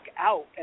out